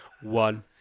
one